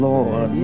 Lord